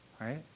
Right